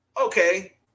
Okay